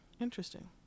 Interesting